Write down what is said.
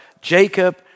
Jacob